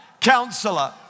Counselor